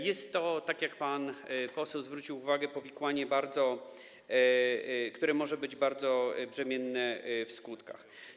Jest to, tak jak pan poseł zwrócił uwagę, powikłanie, które może być bardzo brzemienne w skutkach.